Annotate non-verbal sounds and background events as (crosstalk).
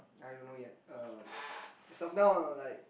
I don't know yet uh (noise) now like